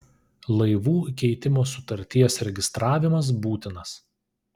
laivų įkeitimo sutarties registravimas būtinas